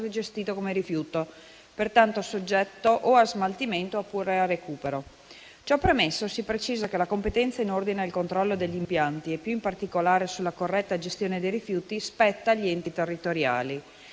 gestito come rifiuto, pertanto soggetto o a smaltimento oppure al recupero. Ciò permesso, si precisa che la competenza in ordine al controllo degli impianti, e più in particolare sulla corretta gestione dei rifiuti, spetta agli enti territoriali.